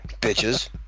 bitches